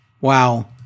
wow